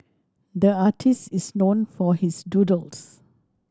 the artist is known for his doodles